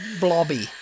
Blobby